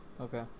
Okay